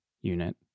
unit